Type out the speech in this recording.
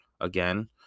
again